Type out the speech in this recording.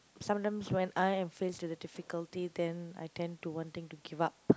sometimes when I am faced with a difficulty then I tend to wanting to give up